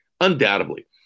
undoubtedly